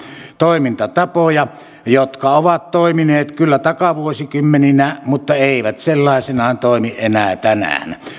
toimintatapoja jotka ovat toimineet kyllä takavuosikymmeninä mutta eivät sellaisinaan toimi enää tänään